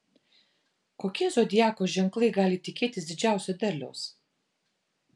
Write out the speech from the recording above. kokie zodiako ženklai gali tikėtis didžiausio derliaus